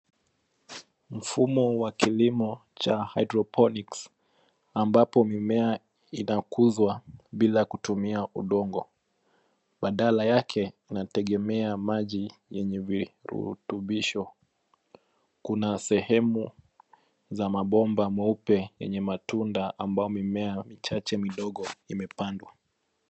Mfumo wa kilimo cha haidroponiki, ambapo mimea inakuzwa bila kutumia udongo, badala yake inategemea maji yenye virutubisho. Kuna sehemu za mabomba meupe yenye matunda ambao mimea michache midogo imepandwa.